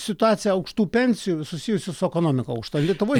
situacija aukštų pensijų susijusių su ekonomika aukšta lietuvoj